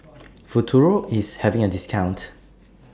Futuro IS having A discount